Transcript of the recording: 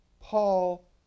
Paul